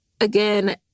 Again